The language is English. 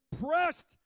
pressed